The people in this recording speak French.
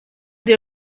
des